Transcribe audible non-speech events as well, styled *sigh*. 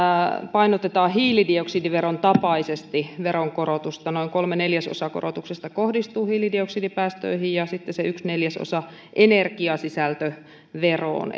painotetaan hiilidioksidiveron tapaisesti veronkorotusta noin kolme neljäsosaa korotuksesta kohdistuu hiilidioksidipäästöihin ja sitten se yksi neljäsosa energiasisältöveroon *unintelligible*